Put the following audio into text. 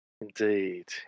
indeed